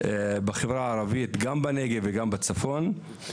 בחברה הערבית גם בנגב וגם בצפון.